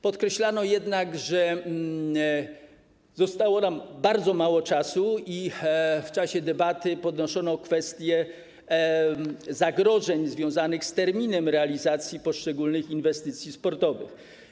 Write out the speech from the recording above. Podkreślano jednak, że zostało nam bardzo mało czasu, i w czasie debaty podnoszono kwestię zagrożeń związanych z terminem realizacji poszczególnych inwestycji sportowych.